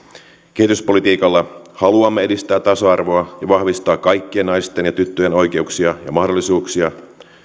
kehityspolitiikalla haluamme edistää tasa arvoa ja vahvistaa kaikkien naisten ja tyttöjen oikeuksia ja mahdollisuuksia